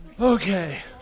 Okay